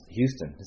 Houston